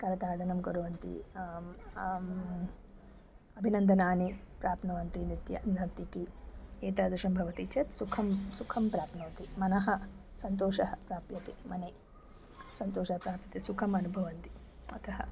करताडनं कुर्वन्ति अभिनन्दनानि प्राप्नुवन्ति नृत्य नर्तकी एतादृशं भवति चेत् सुखं सुखं प्राप्नोति मनः सन्तोषः प्राप्यते मनसि सन्तोषः प्राप्यते सुखम् अनुभवन्ति अतः